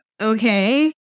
okay